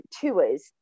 tours